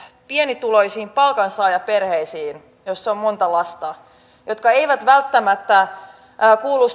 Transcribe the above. pienituloisiin palkansaajaperheisiin joissa on monta lasta ja jotka eivät välttämättä kuulu